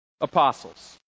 apostles